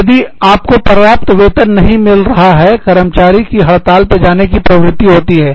यदि आप को पर्याप्त वेतन नहीं मिल रहा कर्मचारियों की हड़ताल पर जाने की प्रवृत्ति होती है